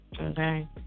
okay